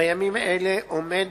בימים אלה עומד